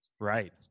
Right